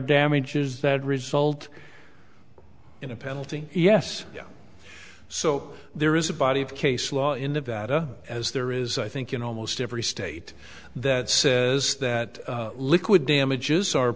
damages that result in a penalty yes yes so there is a body of case law in nevada as there is i think in almost every state that says that liquid damages are